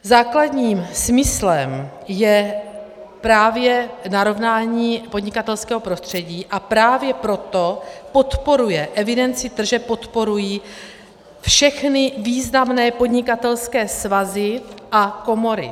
Základním smyslem je právě narovnání podnikatelského prostředí, a právě proto podporují evidenci tržeb všechny významné podnikatelské svazy a komory.